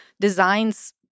designs